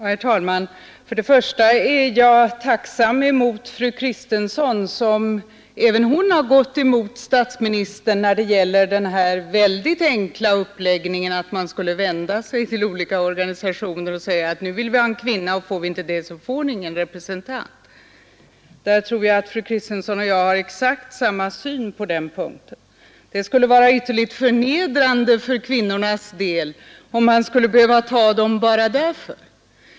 Herr talman! Jag är tacksam mot fru Kristensson för att även hon har gått emot statsministern när det gäller den väldigt enkla uppläggningen att man skulle vända sig till olika organisationer och säga att nu vill vi ha en kvinna, och får vi inte det så får ni ingen representant. Jag tror att fru Kristensson och jag har exakt samma syn på den punkten. Det skulle vara ytterligt förnedrande för kvinnorna om man skulle behöva ta dem bara därför.